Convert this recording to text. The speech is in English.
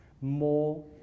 more